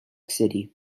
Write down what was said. city